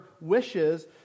wishes